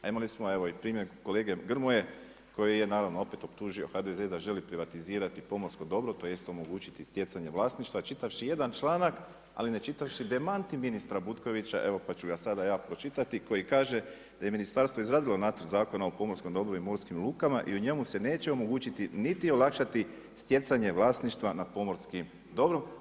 A imali smo evo i primjer kolege Grmoje koji je naravno opet optužio HDZ da želi privatizirati pomorsko dobro tj. omogućiti stjecanje vlasništva čitavši jedan članak, ali ne čitavši demanti ministra Butkovića evo pa ću ga sada ja pročitati koji kaže da je ministarstvo izradilo nacrt Zakona o pomorskom dobru i morskim lukama i u njemu se neće omogućiti niti olakšati stjecanje vlasništva nad pomorskim dobrom.